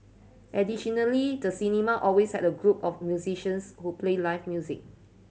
additionally the cinema always had a group of musicians who played live music